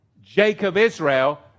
Jacob-Israel